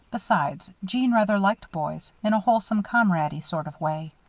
besides, jeanne rather liked boys, in a wholesome comrade-y sort of way.